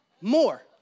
more